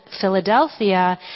Philadelphia